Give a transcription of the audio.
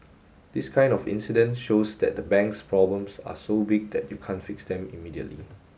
this kind of incident shows that the bank's problems are so big that you can't fix them immediately